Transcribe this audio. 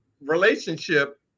relationship